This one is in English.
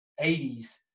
80s